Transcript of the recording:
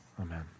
Amen